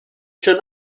schon